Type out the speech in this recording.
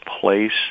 place